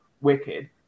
wicked